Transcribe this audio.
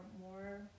more